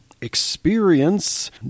experience